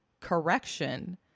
correction